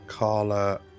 Carla